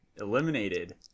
eliminated